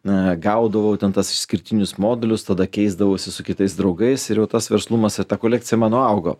na gaudavau ten tas išskirtinius modelius tada keisdavausi su kitais draugais ir jau tas verslumas ir ta kolekcija mano augo